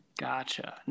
Gotcha